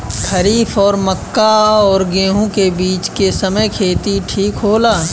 खरीफ और मक्का और गेंहू के बीच के समय खेती ठीक होला?